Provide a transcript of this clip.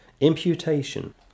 imputation